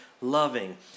loving